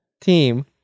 team